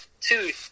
two